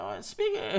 speaking